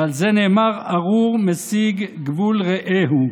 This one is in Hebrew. ועל זה נאמר: 'ארור מסיג גבול רעהו',